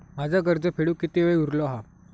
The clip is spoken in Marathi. माझा कर्ज फेडुक किती वेळ उरलो हा?